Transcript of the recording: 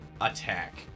attack